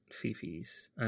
Fifi's